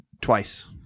twice